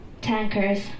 Tankers